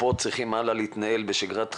הקופות צריכות הלאה להתנהל בשגרת החיים,